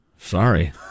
Sorry